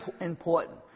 important